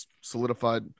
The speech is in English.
solidified